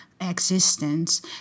existence